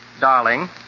darling